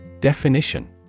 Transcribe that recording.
Definition